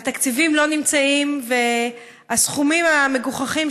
התקציבים לא נמצאים והסכומים המגוחכים